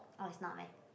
oh it's not meh